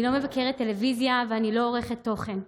אני לא מבקרת טלוויזיה ואני לא עורכת תוכן.